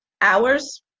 hours